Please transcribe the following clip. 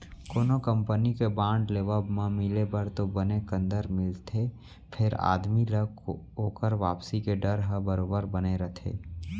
कोनो कंपनी के बांड लेवब म मिले बर तो बने कंतर मिलथे फेर आदमी ल ओकर वापसी के डर ह बरोबर बने रथे